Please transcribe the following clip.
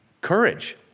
courage